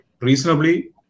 reasonably